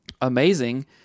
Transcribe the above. amazing